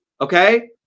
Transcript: Okay